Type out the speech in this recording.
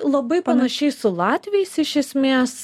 labai panašiai su latviais iš esmės